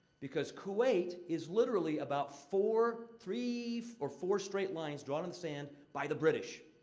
because kuwait is literally about four three for four straight lines drawn in the sand by the british.